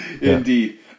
Indeed